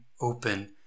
open